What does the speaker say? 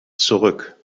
zurück